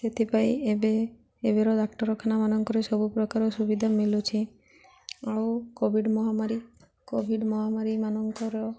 ସେଥିପାଇଁ ଏବେ ଏବେର ଡାକ୍ତରଖାନା ମାନଙ୍କରେ ସବୁ ପ୍ରକାର ସୁବିଧା ମିଳୁଛି ଆଉ କୋଭିଡ଼୍ ମହାମାରୀ କୋଭିଡ଼୍ ମହାମାରୀ ମାନଙ୍କର